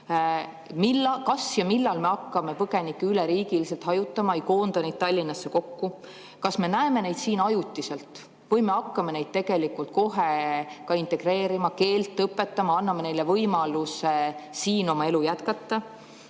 Kas ja millal me hakkame põgenikke üle riigi hajutama, ei koonda neid Tallinnasse kokku? Kas me näeme neid siin ajutiselt või me hakkame neid tegelikult kohe integreerima, neile keelt õpetama, anname neile võimaluse siin oma elu jätkata?